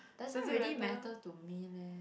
doesn't really matter to me leh